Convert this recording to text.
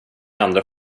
andra